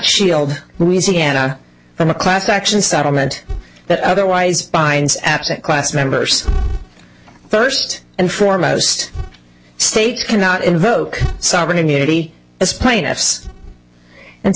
shield louisiana from a class action settlement that otherwise binds absent class members first and foremost state cannot invoke sovereign immunity as plaintiffs and